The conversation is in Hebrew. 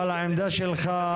אבל זכותי גם לדבר.